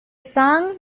song